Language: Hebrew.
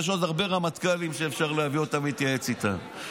יש עוד הרבה רמטכ"לים שאפשר להביא אותם להתייעץ איתם,